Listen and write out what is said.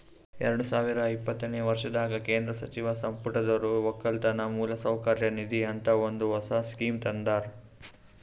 ಎರಡು ಸಾವಿರ ಇಪ್ಪತ್ತನೆ ವರ್ಷದಾಗ್ ಕೇಂದ್ರ ಸಚಿವ ಸಂಪುಟದೊರು ಒಕ್ಕಲತನ ಮೌಲಸೌಕರ್ಯ ನಿಧಿ ಅಂತ ಒಂದ್ ಹೊಸ ಸ್ಕೀಮ್ ತಂದಾರ್